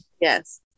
Yes